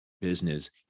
business